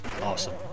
awesome